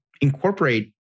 incorporate